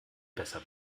besser